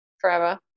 Forever